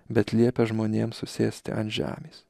bet liepia žmonėms susėsti ant žemės